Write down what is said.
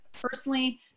personally